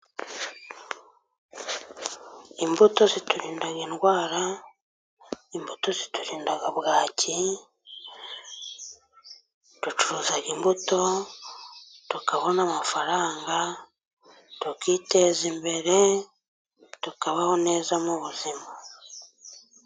Imbuto ziturinda indwara, imbuto ziturinda bwaki, ducuruza imbuto tukabona amafaranga tukiteza imbere, tukabaho neza mu buzima.